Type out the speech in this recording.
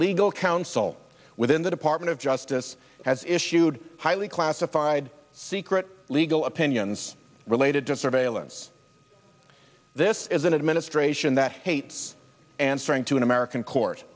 legal counsel within the department of justice has issued highly classified secret legal opinions related to surveillance this is an administration that hates answering to an american cour